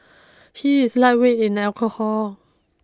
he is lightweight in alcohol